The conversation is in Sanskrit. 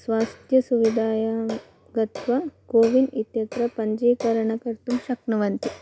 स्वास्थ्यसुविधायां गत्वा कोविन् इत्यत्र पञ्जीकरणं कर्तुं शक्नुवन्ति